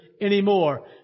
anymore